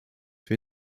wir